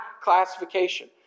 classification